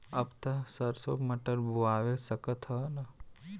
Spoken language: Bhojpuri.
अब त सरसो मटर बोआय सकत ह न?